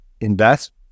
invest